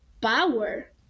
power